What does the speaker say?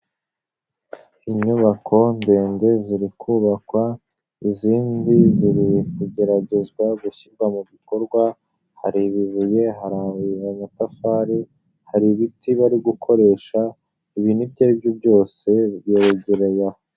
Inyubako ndende ziri kubakwa, izindi ziri kugeragezwa gushyirwa mu bikorwa, hari ibibuye, hari amatafari, hari ibiti bari gukoresha, ibi ibyo aribyo byose biregereye.